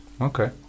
Okay